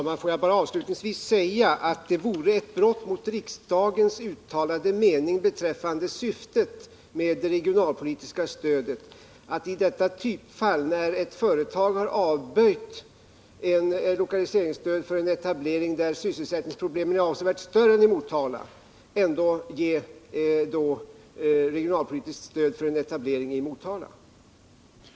Herr talman! Låt mig avslutningsvis säga att det vore ett brott mot riksdagens uttalade mening beträffande syftet med det regionalpolitiska stödet att i detta typfall — när ett företag har avböjt lokaliseringsstöd för en etablering där sysselsättningsproblemen är avsevärt större än i Motala — ändå ge regionalpolitiskt stöd för en etablering i Motala.